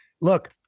Look